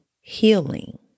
healing